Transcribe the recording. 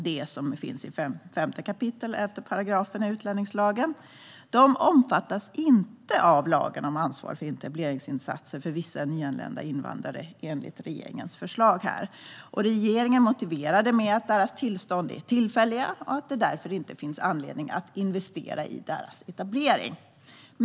Detta tas upp i 5 kap. 11 § utlänningslagen. Dessa människor omfattas inte av lagen om ansvar för etableringsinsatser för vissa nyanlända invandrare enligt regeringens förslag. Regeringen motiverar detta med att deras tillstånd är tillfälliga och att det därför inte finns anledning att investera i deras etablering.